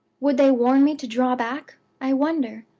would they warn me to draw back, i wonder?